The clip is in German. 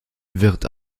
wird